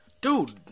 Dude